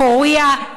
פוריה,